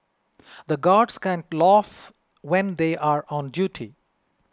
the guards can't laugh when they are on duty